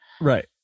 Right